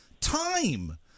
time